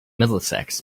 middlesex